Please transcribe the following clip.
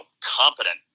competent